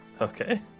Okay